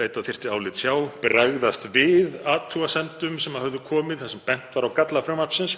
leita þyrfti álits hjá, bregðast við athugasemdum sem höfðu komið þar sem bent var á galla frumvarpsins.